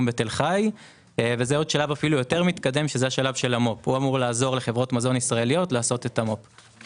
בתל-חי וזה עוד שלב אפילו יותר מתקדם שזה השלב של המו"פ.